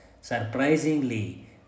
Surprisingly